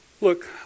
Look